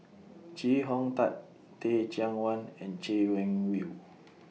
Chee Hong Tat Teh Cheang Wan and Chay Weng Yew